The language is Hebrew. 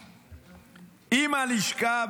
הלשכה,